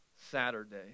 Saturday